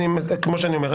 כמו שאני אומר,